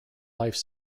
life